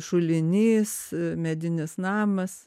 šulinys medinis namas